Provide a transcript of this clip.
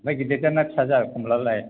ओमफ्राय गिदिर जाथ ना फिसा जाथ कमलायालाय